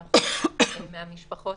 כ-46% מהמשפחות